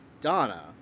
Donna